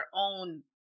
own